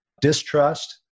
distrust